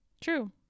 True